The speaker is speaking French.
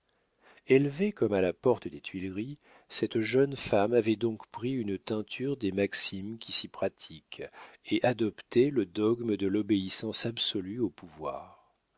élevée comme à la porte des tuileries cette jeune femme avait donc pris une teinture des maximes qui s'y pratiquent et adopté le dogme de l'obéissance absolue au pouvoir